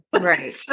Right